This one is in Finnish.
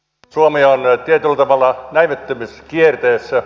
suomi on tietyllä tavalla näivettymiskierteessä